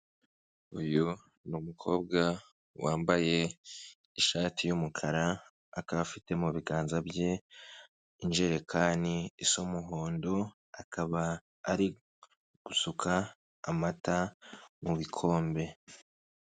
Uyu ni umukobwa wambaye ishati y'umukara, akaba afite mu biganza bye injerekani z'umuhondo, akaba ari gusuka amata mu bikombe.